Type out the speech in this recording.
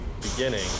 beginning